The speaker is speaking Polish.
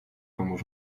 pomóż